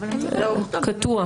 קטוע.